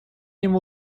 ему